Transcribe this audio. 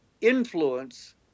influence